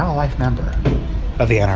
um life member of the nra.